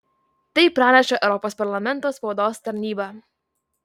tai praneša europos parlamento spaudos tarnyba